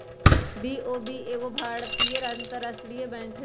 BOB एगो भारतीय अंतरराष्ट्रीय बैंक हइ